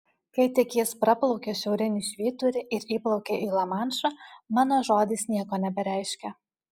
kai tik jis praplaukia šiaurinį švyturį ir įplaukia į lamanšą mano žodis nieko nebereiškia